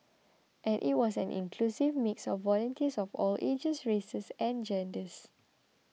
and it was an inclusive mix of volunteers of all ages races and genders